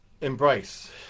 embrace